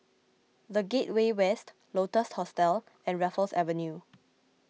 the Gateway West Lotus Hostel and Raffles Avenue